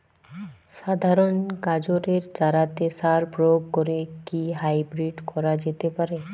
সাধারণ গাজরের চারাতে সার প্রয়োগ করে কি হাইব্রীড করা যেতে পারে?